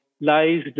lies